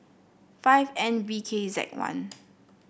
five N B K Z one